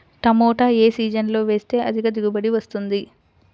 టమాటా ఏ సీజన్లో వేస్తే అధిక దిగుబడి వస్తుంది?